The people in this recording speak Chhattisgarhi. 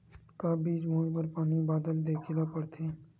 का बीज बोय बर पानी बादल देखेला पड़थे?